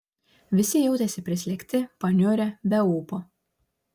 visi jautėsi prislėgti paniurę be ūpo